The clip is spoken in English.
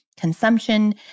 consumption